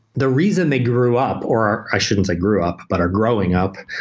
the reason they grew up or i shouldn't say grew up, but are growing up,